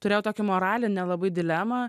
turėjau tokią moralinę labai dilemą